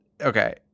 okay